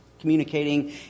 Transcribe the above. communicating